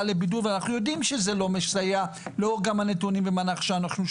לבידוד ואנחנו יודעים שזה לא מסייע לאור הנתונים במהלך השנה.